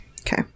Okay